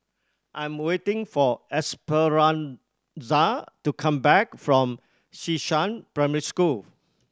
I am waiting for Esperanza to come back from Xishan Primary School